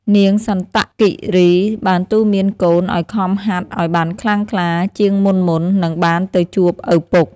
នាងសន្តគីរី បានទូន្មានកូនឱ្យខំហាត់ឱ្យបានខ្លាំងក្លាជាងមុនៗនឹងបានទៅជួបឪពុក។